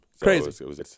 Crazy